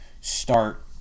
start